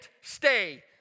stay